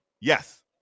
Yes